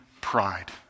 Pride